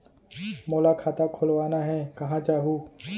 मोला खाता खोलवाना हे, कहाँ जाहूँ?